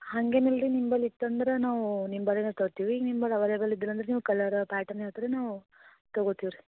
ಹಂಗೇನು ಇಲ್ಲ ರೀ ನಿಂಬಲ್ಲಿ ಇತ್ತು ಅಂದ್ರೆ ನಾವು ನಿಮ್ಮ ಬಳಿನೇ ತರ್ತೀವಿ ನಿಮ್ಮ ಬಳಿ ಅವೈಲೇಬಲ್ ಇದ್ರು ಅಂದ್ರೆ ನೀವು ಕಲರ್ ಪ್ಯಾಟರ್ನ್ ಹೇಳ್ತೀರಿ ನಾವು ತಗೋತೀವಿ ರೀ